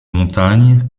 montagne